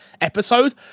episode